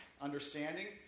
understanding